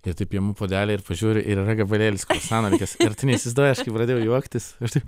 ir taip imu puodelį ir pažiūriu ir gabalėlis kruasano likęs ir tu neįsivaizduoji aš pradėjau juoktis aš taip